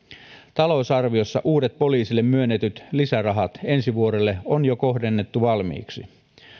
talousarviossa uudet poliisille myönnetyt lisärahat ensi vuodelle on jo kohdennettu valmiiksi